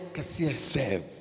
Serve